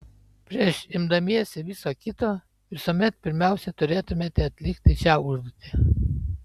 prieš imdamiesi viso kito visuomet pirmiausia turėtumėte atlikti šią užduotį